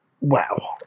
Wow